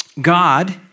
God